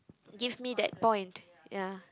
give me that point ya